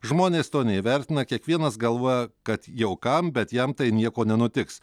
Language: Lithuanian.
žmonės to neįvertina kiekvienas galvoja kad jau kam bet jam tai nieko nenutiks